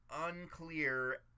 unclear